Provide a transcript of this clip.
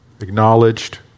acknowledged